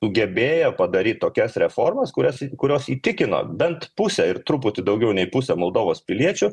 sugebėjo padaryt tokias reformas kurias kurios įtikino bent pusę ir truputį daugiau nei pusę moldovos piliečių